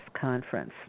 Conference